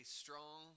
strong